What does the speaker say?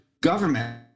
government